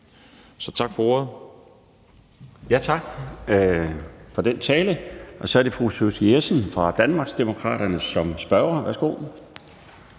(Bjarne Laustsen): Tak for den tale. Så er det fru Susie Jessen fra Danmarksdemokraterne som spørger. Værsgo.